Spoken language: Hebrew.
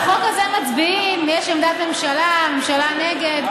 על החוק הזה מצביעים, יש עמדת ממשלה, הממשלה נגד.